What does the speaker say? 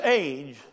age